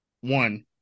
one